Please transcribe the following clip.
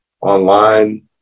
online